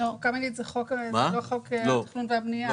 קמיניץ זה לא חוק התכנון והבנייה.